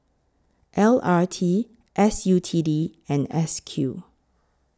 L R T S U T D and S Q